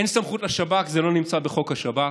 אין סמכות לשב"כ, זה לא נמצא בחוק השב"כ.